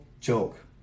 joke